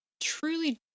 truly